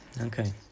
Okay